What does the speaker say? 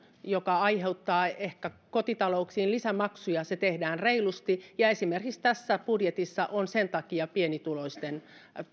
joka aiheuttaa ehkä kotitalouksiin lisämaksuja tehdään reilusti esimerkiksi tässä budjetissa on sen takia